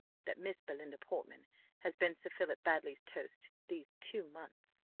that miss belinda portman has been sir philip baddely's toast these two months.